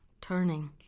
turning